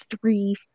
three